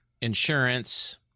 insurance